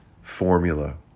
formula